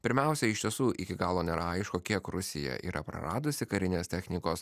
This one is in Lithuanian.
pirmiausia iš tiesų iki galo nėra aišku kiek rusija yra praradusi karinės technikos